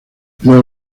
los